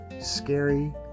scary